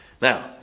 Now